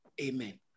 Amen